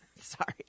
sorry